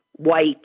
white